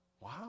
Wow